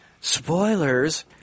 Spoilers